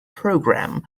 program